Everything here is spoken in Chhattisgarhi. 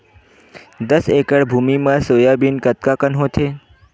दस एकड़ भुमि म सोयाबीन कतका कन होथे?